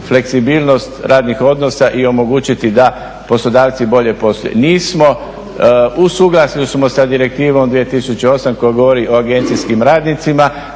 fleksibilnost radnih odnosa i omogućiti da poslodavci bolje posluju. U suglasju smo sa Direktivom 2008 koja govori o agencijskim radnicima,